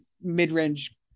mid-range